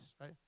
right